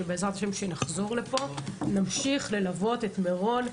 שכאשר נחזור לפה בעזרת השם נמשיך ללוות את מירון,